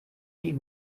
die